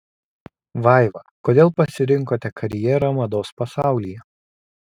vaiva kodėl pasirinkote karjerą mados pasaulyje